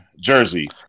jersey